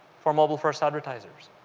for mobile-first advertisers?